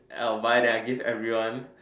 I'll buy then I'll give an everyone